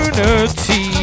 Unity